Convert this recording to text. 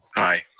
aye.